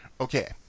Okay